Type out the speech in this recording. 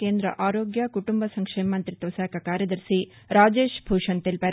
కేంద్ర ఆరోగ్య కుటుంబ సంక్షేమ మంతిత్వ శాఖ కార్యదర్శి రాజేష్ భూషణ్ తెలిపారు